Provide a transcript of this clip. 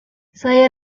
saya